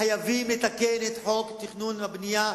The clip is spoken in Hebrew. חייבים לתקן את חוק התכנון והבנייה,